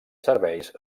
serveis